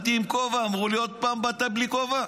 באתי עם כובע, אמרו לי: עוד פעם באת בלי כובע?